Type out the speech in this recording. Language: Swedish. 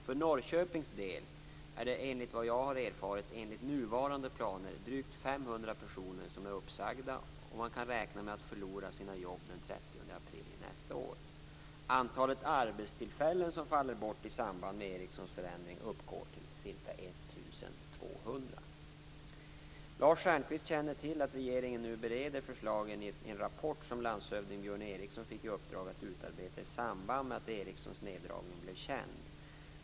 För Norrköpings del är det enligt vad jag har erfarit enligt nuvarande planer drygt 500 personer som är uppsagda och kan räkna med att förlora sina jobb den 30 april nästa år. Antalet arbetstillfällen som faller bort i samband med Ericssons förändringar uppgår till ca 1 200. Lars Stjernkvist känner till att regeringen nu bereder förslagen i en rapport som landshövding Björn Eriksson fick i uppdrag att utarbeta i samband med att Ericssons neddragning blev känd.